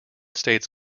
states